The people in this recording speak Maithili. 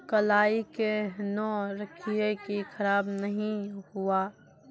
कलाई केहनो रखिए की खराब नहीं हुआ?